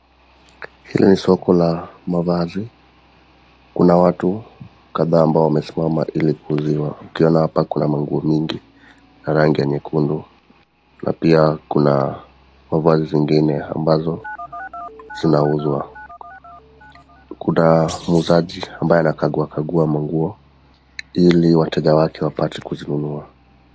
Hili ni soko la mavazi. Kuna watu kadhaa ambao wamesimama ili kuuziwa. Ukiona hapa kuna manguo mingi ya rangi ya nyekundu. Na pia kuna mavazi zingine ambazo zinauzwa. Kuna muuzaji ambaye anakagua kagua manguo ili wateja wake wapate kuzinunua.